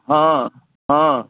हँ हँ